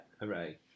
Hooray